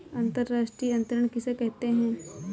अंतर्राष्ट्रीय अंतरण किसे कहते हैं?